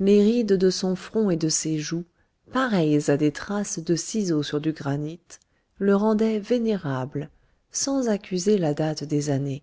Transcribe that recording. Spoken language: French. les rides de son front et de ses joues pareilles à des traces de ciseau sur du granit le rendaient vénérable sans accuser la date des années